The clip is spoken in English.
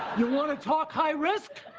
you want to talk high risk?